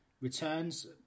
returns